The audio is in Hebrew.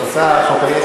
הילד נתקבלה.